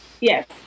yes